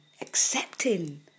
accepting